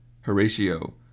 Horatio